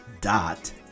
dot